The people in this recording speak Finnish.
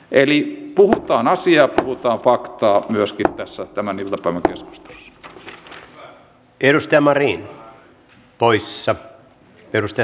eli puhutaan asiaa puhutaan faktaa myöskin tässä tämän iltapäivän keskustelussa